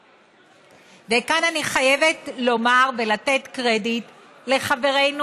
וכאן אני חייבת לומר ולתת קרדיט לחברנו